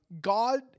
God